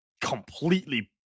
completely